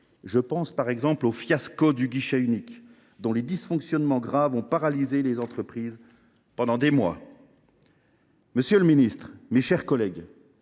je pense par exemple au fiasco du guichet unique, dont les dysfonctionnements graves ont paralysé les entreprises pendant des mois. Messieurs les ministres, mes chers collègues,